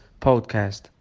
Podcast